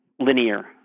linear